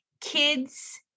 kids